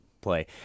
play